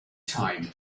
time